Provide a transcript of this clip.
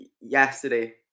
yesterday